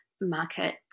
market